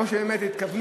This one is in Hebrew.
אבל מסיבות כאלה ואחרות,